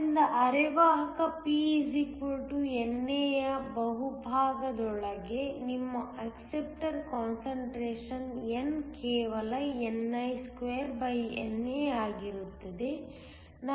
ಆದ್ದರಿಂದ ಅರೆವಾಹಕ P NA ಯ ಬಹುಭಾಗದೊಳಗೆ ನಿಮ್ಮ ಅಕ್ಸೆಪ್ಟಾರ್ ಕಾನ್ಸಂಟ್ರೇಶನ್ N ಕೇವಲ ni2NA ಆಗಿರುತ್ತದೆ